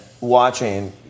watching